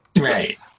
Right